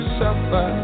suffer